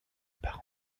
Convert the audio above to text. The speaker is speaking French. part